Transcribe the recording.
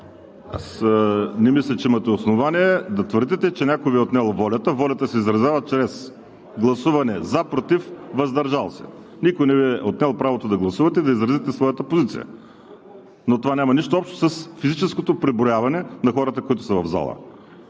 Аз не мисля, че имате основание да твърдите, че някой Ви е отнел волята. Волята се изразява чрез гласуване „за“, „против“, и „въздържал се“. Никой не Ви е отнел правото да гласувате, да изразите своята позиция, но това няма нищо общо с физическото преброяване на хората, които са в залата.